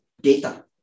data